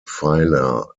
phyla